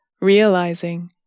realizing